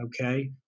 okay